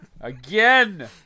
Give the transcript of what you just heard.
Again